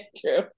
True